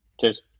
Cheers